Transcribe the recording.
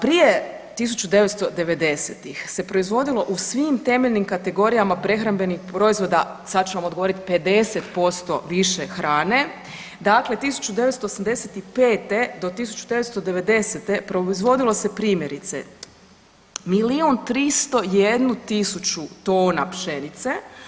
Prije 1990.-tih se proizvodilo u svim temeljnim kategorijama prehrambenih proizvoda, sad ću vam odgovoriti 50% više hrane, dakle 1985. do 1990. proizvodilo se primjerice milijun 301 tisuću tona pšenice.